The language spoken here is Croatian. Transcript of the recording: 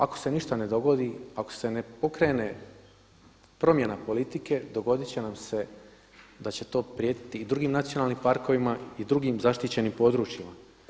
Ako se ništa ne dogodi, ako se ne pokrene promjena politike dogodit će nam se da će to prijetiti i drugim nacionalnim parkovima i drugim zaštićenim područjima.